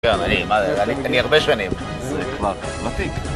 אני, מה זה, אני, אני הרבה שנים זה כבר מתקדם